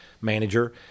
manager